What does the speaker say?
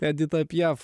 edita piaf